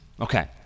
Okay